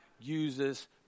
uses